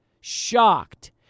shocked